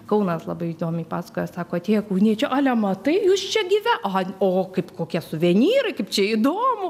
kaunas labai įdomiai pasakoja sako atėjo kauniečiai ale matai jūs čia gyve a o kaip kokie suvenyrai kaip čia įdomu